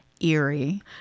eerie